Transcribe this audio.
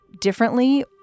differently